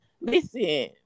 Listen